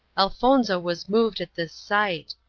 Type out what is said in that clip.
elfonzo was moved at this sight.